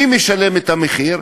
מי משלם את המחיר?